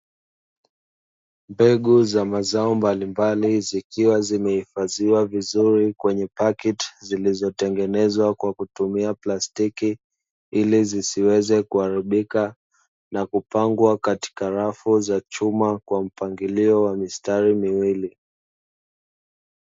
Mbegu za mazao mbalimbali zikiwa zimehifadhiwa vizuri kwenye paketi zilizotengenezwa kwa kutumia plastiki, ili zisiweze kuharibika na kupangwa katika rafu za chuma kwa mpangilio wa mistari miwili.